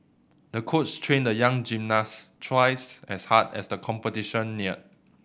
the coach trained the young gymnast twice as hard as the competition neared